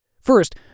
First